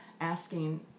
asking